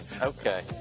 okay